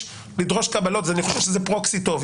לדרוש קבלות אז יכול להיות שזה פרוקסי טוב.